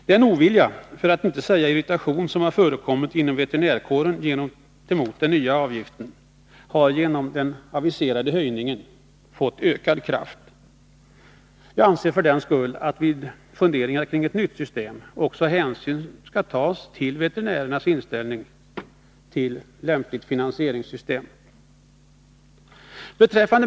Den ovilja — för att inte säga irritation — som har förekommit inom veterinärkåren gentemot den nya avgiften har genom den aviserade höjningen fått ökad kraft. Jag anser för den skull att, vid funderingar kring ett nytt system, hänsyn skall tas också till veterinärernas inställning till lämpligt finansieringssystem.